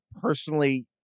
personally